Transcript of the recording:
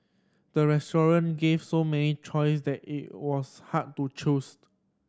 the restaurant gave so many choice that it was hard to choose